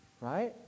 right